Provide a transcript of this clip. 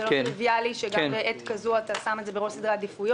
זה לא טריוויאלי שגם בעת כזו אתה שם את זה בראש סדרי העדיפויות.